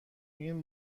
این